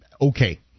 okay